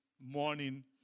morning